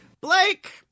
Blake